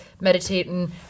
meditating